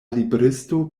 libristo